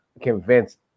convince